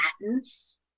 patents